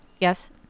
Yes